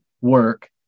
work